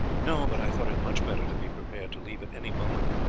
no but i thought it much better to be prepared to leave at any moment.